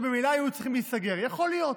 שממילא היו צריכים להיסגר, יכול להיות.